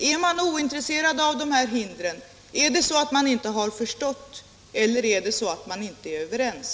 Är man ointresserad av dessa hinder? Har man inte förstått eller är man inte överens?